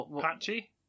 patchy